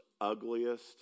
ugliest